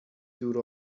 دور